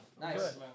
Nice